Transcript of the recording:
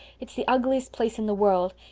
it's the ugliest place in the world.